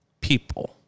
people